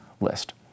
list